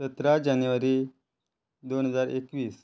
सतरा जानेवारी दोन हजार एकवीस